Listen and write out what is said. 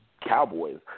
Cowboys